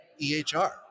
EHR